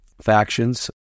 factions